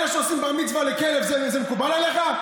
אלה שעושים בר-מצווה לכלב, זה מקובל עליך?